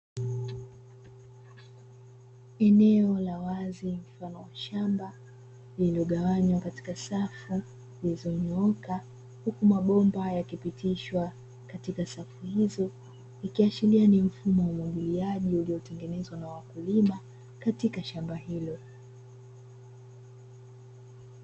Eneo la wazi mfano wa shamba lililo gawanywa katika safu zilizonyooka, huku mabomba yakipitishwa katika safu hizo, ikiashiria ni mfumo wa umwagiliaji ulio tengenezwa na wakulima, katika shamba hilo.